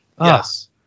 Yes